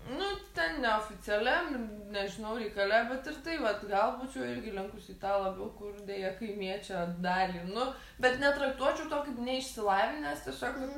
nu ten neoficialiam nežinau reikale bet ir tai vat gal būčiau irgi linkusi į tą labiau kur deja kaimiečio dalį nu bet netraktuočiau to kaip neišsilavinęs tiesiog